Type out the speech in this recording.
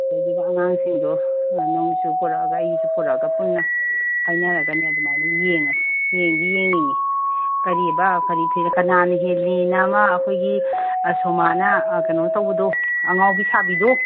ꯑꯗꯩꯗꯨꯗ ꯑꯉꯥꯡꯁꯤꯡꯗꯣ ꯅꯪꯒꯤꯁꯨ ꯄꯨꯔꯛꯑꯒ ꯑꯩꯒꯤꯁꯨ ꯄꯨꯔꯛꯑꯒ ꯄꯨꯟꯅ ꯍꯥꯏꯅꯔꯒꯅꯦ ꯑꯗꯨꯃꯥꯏꯅ ꯌꯦꯡꯉꯁꯦ ꯌꯦꯡꯗꯤ ꯌꯦꯡꯅꯤꯡꯏ ꯀꯔꯤꯑꯕ ꯀꯔꯤ ꯐꯤꯂꯝ ꯀꯅꯥꯅ ꯍꯦꯜꯂꯤꯅ ꯑꯃ ꯑꯩꯈꯣꯏꯒꯤ ꯁꯣꯃꯥꯅ ꯀꯩꯅꯣ ꯇꯧꯕꯗꯣ ꯑꯉꯥꯎꯕꯤ ꯁꯥꯕꯤꯗꯣ